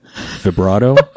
vibrato